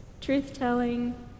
truth-telling